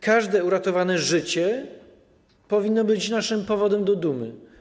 Każde uratowane życie powinno być naszym powodem do dumy.